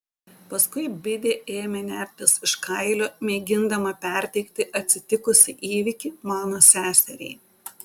paskui bidė ėmė nertis iš kailio mėgindama perteikti atsitikusį įvykį mano seseriai